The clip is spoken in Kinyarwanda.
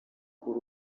kuri